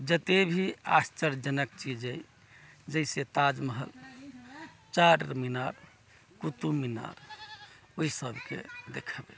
जते भी आश्चर्जनक चीज अइ जैसे ताजमहल चारमीनार कुतुब मिनार ओइ सभके देखेबै